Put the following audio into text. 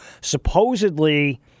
Supposedly